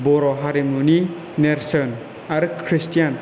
बर' हारिमुनि नेरसोन आरो खृष्टियान